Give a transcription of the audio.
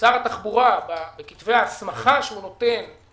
לשר התחבורה בכתבי ההסמכה שהוא נותן